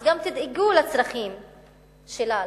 אז גם תדאגו לצרכים שלה,